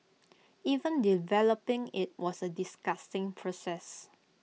even developing IT was A disgusting process